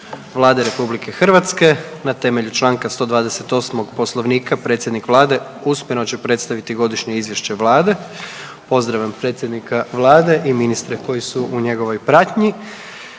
Vlade RH Na temelju čl. 128. poslovnika predsjednik vlade usmeno će predstaviti Godišnje izvješće vlade. Pozdravljam predsjednika vlade i ministre koji su u njegovoj pratnji